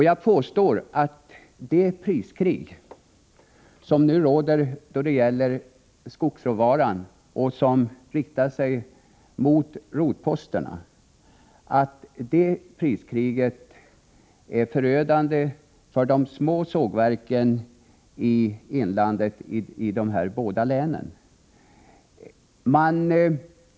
Jag påstår att det priskrig som råder om skogsråvaran och som riktar sig mot rotposterna är förödande för de små sågverken i de båda länens inland.